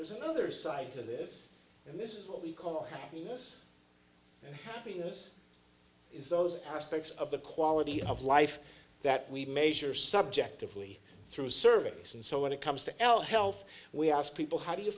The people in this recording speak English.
there's another side to this and this is what we call happiness and happiness is those aspects of the quality of life that we measure subjectively through service and so when it comes to l health we ask people how do you